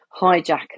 hijacker